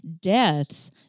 deaths